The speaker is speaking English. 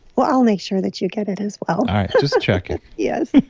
well, i'll make sure that you get it as well all right, just checking yes